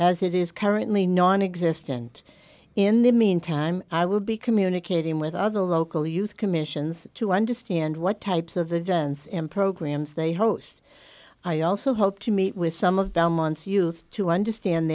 as it is currently nonexistent in the meantime i will be communicating with other local youth commissions to understand what types of events in programs they host i also hope to meet with some of them once youth to understand